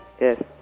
Yes